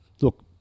Look